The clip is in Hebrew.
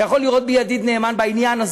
אתה יכול לראות בי ידיד נאמן בעניין הזה,